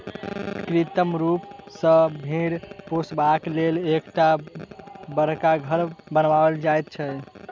कृत्रिम रूप सॅ भेंड़ पोसबाक लेल एकटा बड़का घर बनाओल जाइत छै